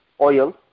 oil